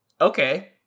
okay